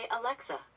Alexa